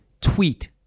tweet